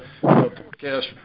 forecast